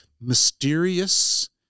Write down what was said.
mysterious